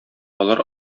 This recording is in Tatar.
алар